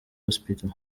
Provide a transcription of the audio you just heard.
hospital